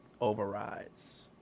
overrides